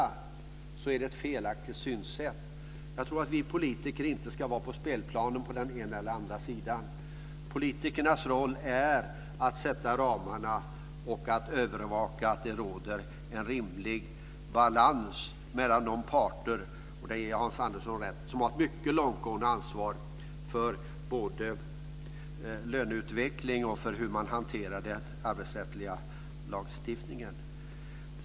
Jag tror att det är ett felaktigt synsätt. Jag tror att vi politiker inte ska vara på spelplanen på den ena eller andra sidan. Politikernas roll är att sätta ramarna och att övervaka att det råder en rimlig balans mellan de parter - och där ger jag Hans Andersson rätt - som har ett mycket långtgående ansvar för både löneutveckling och för hur man hanterar den arbetsrättsliga lagstiftningen.